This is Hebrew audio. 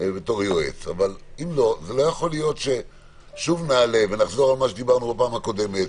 לא יכול להיות ששוב נעלה ונחזור על מה שדיברנו בפעם הקודמת